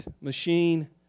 machine